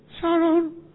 Sharon